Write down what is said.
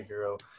superhero